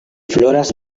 floras